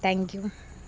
thank you